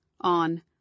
On